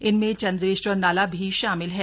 इनमें चंद्रेश्वर नाला भी शामिल है